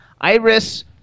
Iris